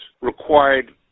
required